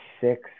six